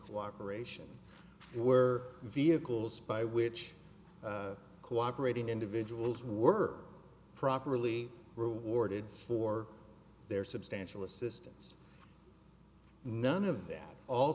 cooperation where vehicles by which cooperating individuals were properly rewarded for their substantial assistance none of that